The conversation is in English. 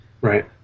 Right